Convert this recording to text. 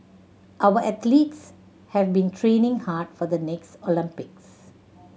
our athletes have been training hard for the next Olympics